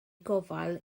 gofal